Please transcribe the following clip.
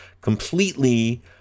completely